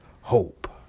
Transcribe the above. hope